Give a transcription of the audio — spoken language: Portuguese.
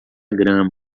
grama